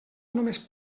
només